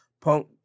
Punk